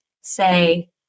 say